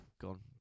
Gone